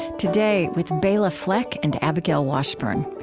today, with bela fleck and abigail washburn.